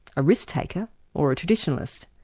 a risk-taker or a traditionalist,